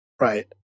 right